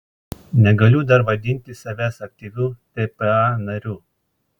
negaliu dar vadinti savęs aktyviu tpa nariu